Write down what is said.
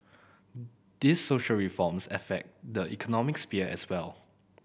these social reforms affect the economic sphere as well